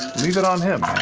leave it on him.